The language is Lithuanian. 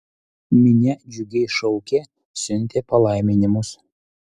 minia džiugiai šaukė siuntė palaiminimus